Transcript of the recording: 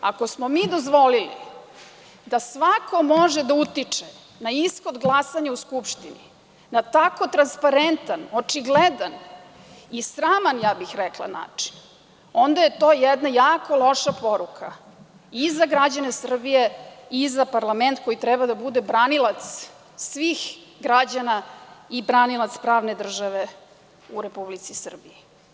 Ako smo mi dozvolili da svako može da utiče na ishod glasanja u Skupštini na tako transparentan, očigledan i sraman, ja bih rekla, način, onda je to jedna jako loša poruka i za građane Srbije i za parlament koji treba da bude branilac svih građana i branilac pravne države u Republici Srbiji.